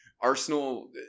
Arsenal